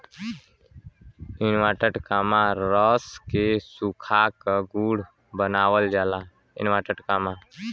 रस के सुखा क गुड़ बनावल जाला